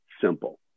simple